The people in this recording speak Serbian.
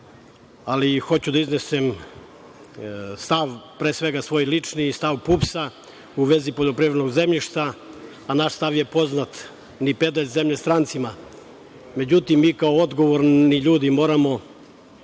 ali hoću da iznesem pre svega lični i stav PUPS-a u vezi poljoprivrednog zemljišta. Naš stav je poznat – ni pedalj zemlje strancima.Međutim, mi kao odgovorni ljudi moramo